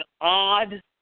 odd